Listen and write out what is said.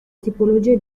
tipologie